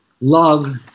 Love